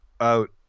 out